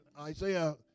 Isaiah